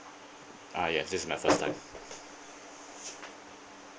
ah yes this my first time